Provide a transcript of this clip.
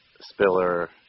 Spiller